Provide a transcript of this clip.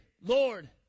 Lord